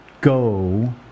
Go